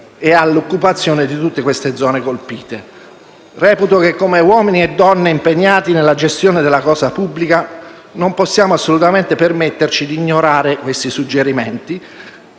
e all'occupazione di tutte le zone colpite. Reputo che, come uomini e donne impegnati nella gestione della cosa pubblica, non possiamo assolutamente permetterci di ignorare questi suggerimenti